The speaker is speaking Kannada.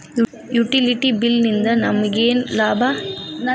ಯುಟಿಲಿಟಿ ಬಿಲ್ ನಿಂದ್ ನಮಗೇನ ಲಾಭಾ?